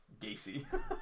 Gacy